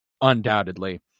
undoubtedly